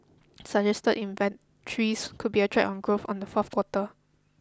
suggest inventories could be a drag on growth on the fourth quarter